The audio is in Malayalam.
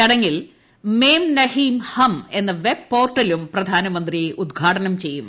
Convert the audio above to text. ചടങ്ങിൽ മേം നഹീം ഹം എന്ന വെബ്പോർട്ടലും പ്രധാനമന്ത്രി ഉദ്ഘാടനം ചെയ്യും